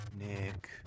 Nick